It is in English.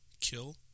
kill